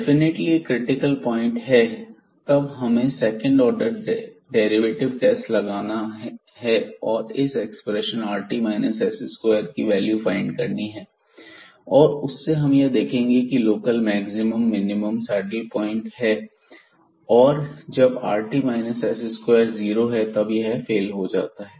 definitely एक critical point है तब हमें सेकंड ऑर्डर टेस्ट यहां लगाना है और इस एक्सप्रेशन rt s2 की वैल्यू फाइंड करनी है और उससे हम यह देखेंगे कि यह local maximum minimum saddle point है और जब rt s2 जीरो है तब यह फेल हो जाता है